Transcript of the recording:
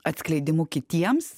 atskleidimu kitiems